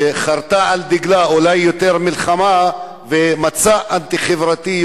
שחרתה על דגלה אולי יותר מלחמה ומצע אנטי-חברתי,